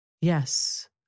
Yes